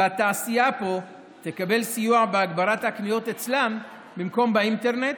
והתעשייה פה תקבל סיוע בהגברת הקניות אצלם במקום באינטרנט,